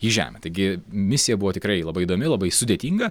į žemę taigi misija buvo tikrai labai įdomi labai sudėtinga